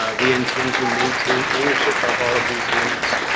we intend to maintain ownership of all of these units.